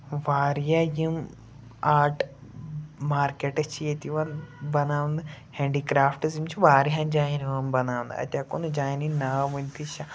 واریاہ یِم آٹ ماکیٹٕس چھِ ییٚتہِ یِوان بَناونہٕ ہینٛڈی کرٛافٹٕز یہِ چھِ وارِیَہَن جایَن یِوان بَناونہٕ اَتہِ ہٮ۪کو نہٕ جانِن ناو ؤنۍتھٕے